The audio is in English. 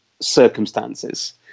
circumstances